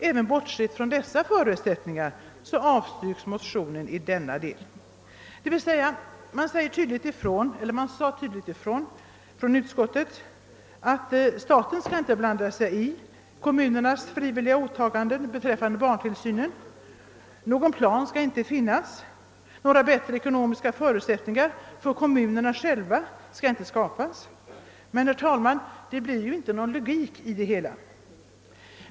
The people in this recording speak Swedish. Även bortsett från dessa förutsättningar avstyrker utskottet motionerna i denna del.» Utskottet sade alltså tydligt ifrån att staten inte skall blanda sig i kommunernas frivilliga åtaganden beträffande barntillsynen, att någon plan inte skall finnas och att bättre ekonomiska förutsättningar inte skall skapas för kommunerna själva. Men, herr talman, det är ju inte någon logik i det hela!